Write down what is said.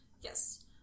Yes